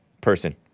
person